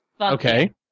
Okay